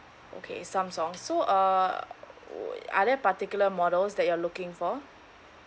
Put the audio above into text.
okay Samsung so uh are there particular models that you're looking for